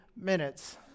minutes